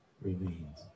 remains